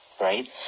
right